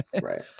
Right